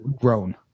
grown